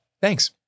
Thanks